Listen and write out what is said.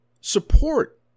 support